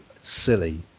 silly